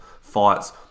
fights